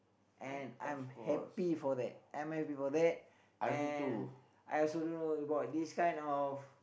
and I'm happy for that I'm happy for that and I also don't know about this kind of